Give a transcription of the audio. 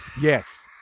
Yes